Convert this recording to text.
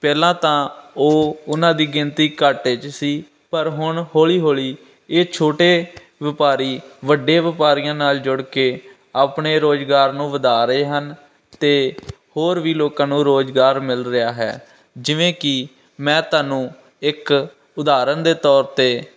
ਪਹਿਲਾਂ ਤਾਂ ਉਹ ਉਹਨਾਂ ਦੀ ਗਿਣਤੀ ਘਾਟੇ 'ਚ ਸੀ ਪਰ ਹੁਣ ਹੌਲੀ ਹੌਲੀ ਇਹ ਛੋਟੇ ਵਪਾਰੀ ਵੱਡੇ ਵਪਾਰੀਆਂ ਨਾਲ ਜੁੜ ਕੇ ਆਪਣੇ ਰੁਜ਼ਗਾਰ ਨੂੰ ਵਧਾ ਰਹੇ ਹਨ ਅਤੇ ਹੋਰ ਵੀ ਲੋਕਾਂ ਨੂੰ ਰੁਜ਼ਗਾਰ ਮਿਲ ਰਿਹਾ ਹੈ ਜਿਵੇਂ ਕਿ ਮੈਂ ਤੁਹਾਨੂੰ ਇੱਕ ਉਦਾਹਰਣ ਦੇ ਤੌਰ 'ਤੇ